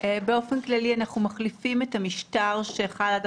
באופן כללי אנחנו מחליפים את המשטר שחל עד